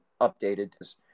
updated